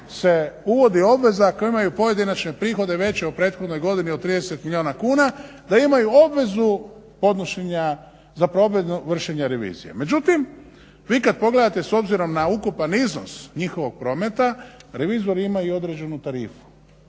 se uvodi obveza koji imaju pojedinačne prihode veće u prethodnoj godini od 30 milijuna kuna da imaju obvezu podnošenja za provedbu vršenja revizije. Međutim vi kad pogledate s obzirom na ukupan iznos njihovog prometa, revizori imaju određenu tarifu,